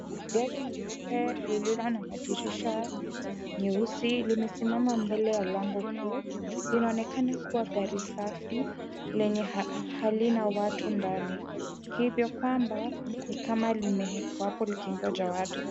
Gari nyeupe lililo na madirisha nyeusi limesimama mbele ya lango kuu linaonekana kuwa gari safi lenye halina watu ndani hivyo kwamba ni kama limewekwa hapo likingoja watu .